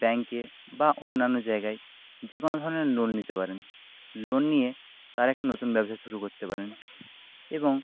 ব্যাংকের বা অন্যান্য জায়গায় যে কোন ধরনের লোন নিতে পারেন লোন নিয়ে তার একটা নতুন ব্যবসা শুরু করতে পারেন এবং